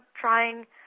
trying